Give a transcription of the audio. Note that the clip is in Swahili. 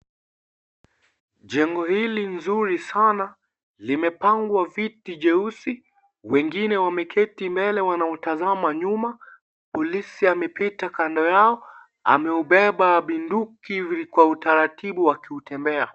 Jengo hili nzuri sana limepangwa vitu jeusi, wengine wameketi mbele wanautazama nyuma polisi ameketi kando yao amebeba bunduki kwa utaratibu akitemea.